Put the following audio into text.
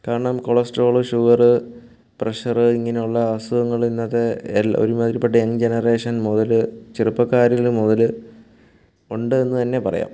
കാരണം cholesterol sugar pressure ഇങ്ങനെയുള്ള അസുഖങ്ങൾ ഇന്നത്തെ എല്ലാ ഒരുമാതിരിപ്പെട്ട യങ് ജെനറേഷൻ മുതൽ ചെറുപ്പക്കാരിൽ മുതൽ ഉണ്ടെന്നു തന്നെ പറയാം